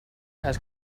has